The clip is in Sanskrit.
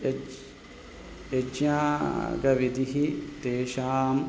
यज् यज्ञाङ्गविधिः तेषाम्